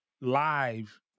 live